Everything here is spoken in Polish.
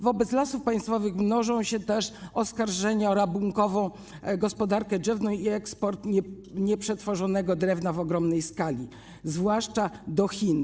Wobec Lasów Państwowych mnożą się też oskarżenia o rabunkową gospodarkę drzewną i eksport nieprzetworzonego drewna w ogromnej skali, zwłaszcza do Chin.